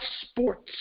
sports